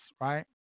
right